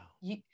Wow